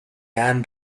han